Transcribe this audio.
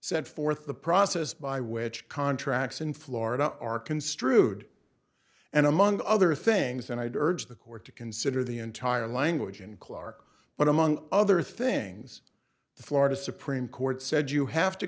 set forth the process by which contracts in florida are construed and among other things and i'd urge the court to consider the entire language and clarke but among other things the florida supreme court said you have to